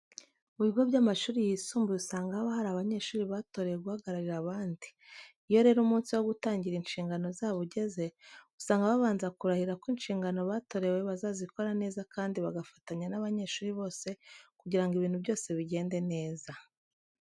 Mu bigo by'amashuri yisumbuye usanga haba hari abanyeshuri batorewe guhagararira abandi. Iyo rero umunsi wo gutangira inshingano zabo ugeze, usanga babanza kurahirira ko inshingano batorewe bazabikora neza kandi bagafatanya n'abanyeshuri bose kugira ngo ibintu byose bigende neza.